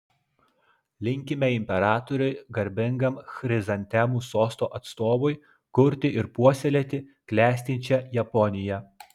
linkime imperatoriui garbingam chrizantemų sosto atstovui kurti ir puoselėti klestinčią japoniją